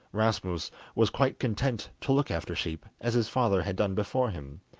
rasmus was quite content to look after sheep, as his father had done before him,